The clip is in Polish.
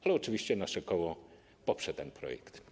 Ale oczywiście nasze koło poprze ten projekt.